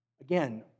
again